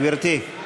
גברתי.